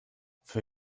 für